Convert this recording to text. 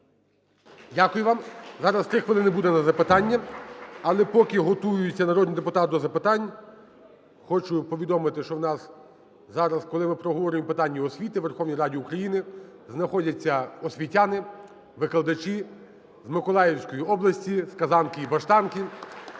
Дякую вам. Зараз три хвилин буде на запитання, але поки готуються народні депутати до запитань хочу повідомити, що у нас зараз, коли ми проговорюємо питання освіти, у Верховній Раді України знаходяться освітяни-викладачі з Миколаївської області, з Казанки іБаштанки.